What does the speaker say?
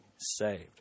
saved